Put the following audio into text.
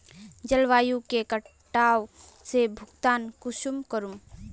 जलवायु के कटाव से भुगतान कुंसम करूम?